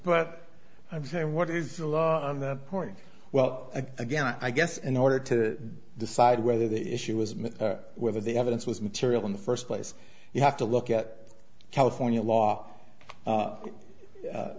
but i'm saying what is the law on that point well again i guess in order to decide whether the issue was whether the evidence was material in the first place you have to look at california law